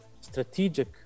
strategic